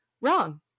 wrong